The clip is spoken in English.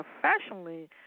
professionally